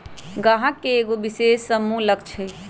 गाहक के एगो विशेष समूह लक्ष हई